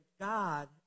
God